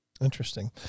Interesting